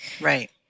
right